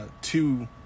two